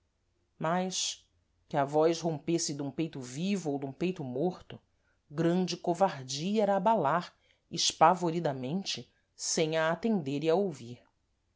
mas que a voz rompesse dum peito vivo ou dum peito morto grande covardia era abalar espavoridamente sem a atender e a ouvir